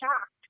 shocked